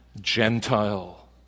Gentile